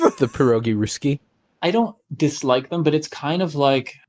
the pierogi rosyjskie i don't dislike them, but it's kind of like,